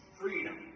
freedom